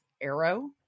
Arrow